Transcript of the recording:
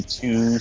two